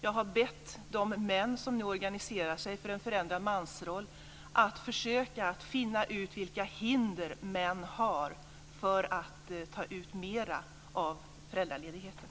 Jag har bett de män som nu organiserar sig för en förändrad mansroll att försöka finna vilka hinder det finns för män att ta ut mer av föräldraledigheten.